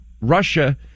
Russia